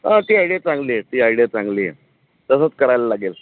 हा ती आयडिया चांगली आहे ती आयडिया चांगली आहे तसंच करायला लागेल